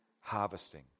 harvesting